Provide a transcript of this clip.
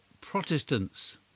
Protestants